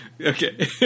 Okay